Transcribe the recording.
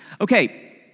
Okay